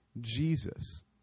Jesus